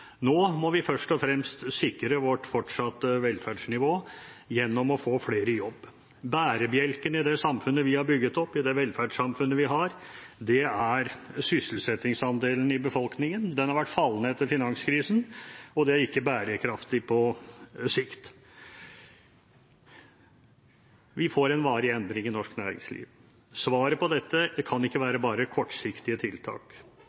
Nå må vi først og fremst sikre vårt fortsatte velferdsnivå gjennom å få flere i jobb. Bærebjelken i det samfunnet vi har bygget opp, i det velferdssamfunnet vi har, er sysselsettingsandelen i befolkningen. Den har vært fallende etter finanskrisen, og det er ikke bærekraftig på sikt. Vi får en varig endring i norsk næringsliv. Svaret på dette kan ikke være bare kortsiktige tiltak.